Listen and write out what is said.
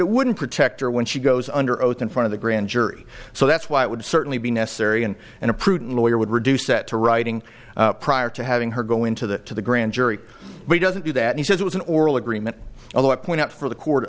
it wouldn't protect her when she goes under oath in front of the grand jury so that's why it would certainly be necessary and and a prudent lawyer would reduce that to writing prior to having her go into that to the grand jury doesn't do that he says it was an oral agreement although i point out for the court